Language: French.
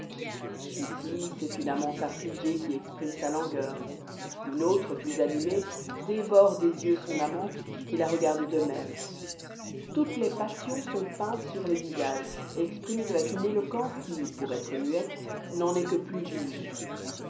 c'est une amante affligée qui exprime sa langueur tantôt une autre avec des yeux vifs et un air passionné dévore des yeux son amant qui la regarde de même toutes les passions sont peintes sur les visages et exprimées avec une éloquence qui n'en est que plus vive